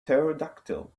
pterodactyl